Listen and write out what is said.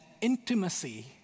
intimacy